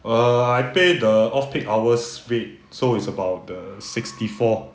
err I pay the off peak hours rate so is about the sixty four ah